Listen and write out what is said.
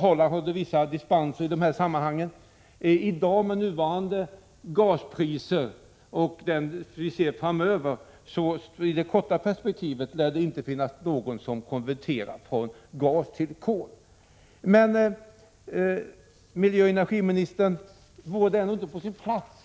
Holland fick vissa dispenser i det sammanhanget. Med nuvarande gaspriser och med tanke på priserna i det korta perspektivet lär det inte finnas någon som vill konvertera från gas till kol. Men, miljöoch energiministern, vore det inte på sin plats